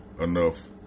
Enough